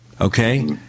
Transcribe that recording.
Okay